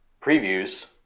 previews